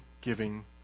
giving